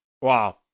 Wow